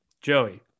Joey